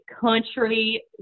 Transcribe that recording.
country